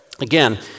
Again